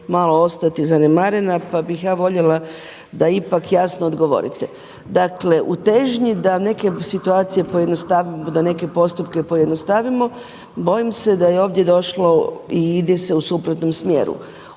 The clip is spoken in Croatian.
malo ostati zanemarena, pa bih ja voljela da ipak jasno odgovorite. Dakle u težnji da neke situacije pojednostavimo, da neke postupke pojednostavimo bojim se da je ovdje došlo i ide se u suprotnom smjeru.